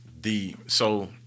the—so